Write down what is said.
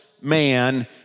man